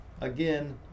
again